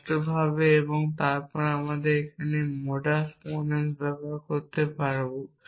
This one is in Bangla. স্পষ্টভাবে এবং তারপর আবার আমি মোডাস পোনেস ব্যবহার করতে পারব